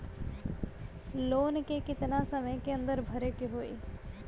Loan के कितना समय के अंदर भरे के होई?